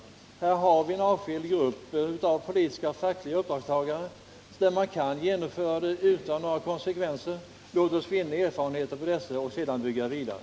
Och här finns det en avskild grupp av politiska och fackliga uppdragstagare som vi kan genomföra reformen för utan några negativa konsekvenser. Låt oss då vinna erfarenheter genom att utvidga reformen till dessa grupper och sedan bygga vidare.